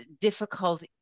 difficult